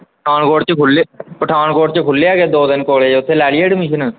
ਪਠਾਨਕੋਟ 'ਚ ਖੁੱਲ੍ਹੇ ਪਠਾਨਕੋਟ 'ਚ ਖੁੱਲ੍ਹੇ ਹੈਗੇ ਦੋ ਤਿੰਨ ਕੋਲਜ ਉੱਥੇ ਲੈ ਲਈਏ ਐਡਮਿਸ਼ਨ